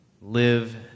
live